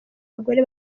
bagore